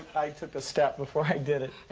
i took a step before i did it.